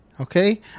Okay